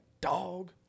dog